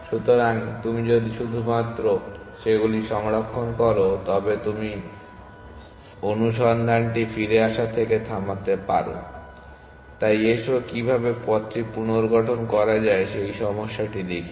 অতএব তুমি যদি শুধুমাত্র সেগুলি সংরক্ষণ করো তবে তুমি অনুসন্ধানটি ফিরে আসা থেকে থামাতে পারো তাই এসো কীভাবে পথটি পুনর্গঠন করা যায় সেই সমস্যাটি দেখি